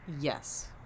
yes